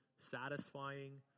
satisfying